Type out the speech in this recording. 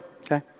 okay